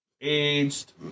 aged